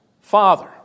Father